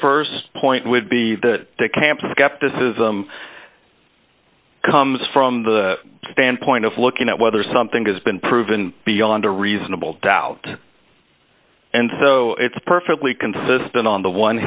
st point would be to camp skepticism comes from the standpoint of looking at whether something has been proven beyond a reasonable doubt and so it's perfectly consistent on the one